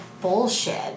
bullshit